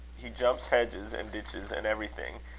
he jumps hedges and ditches and everything.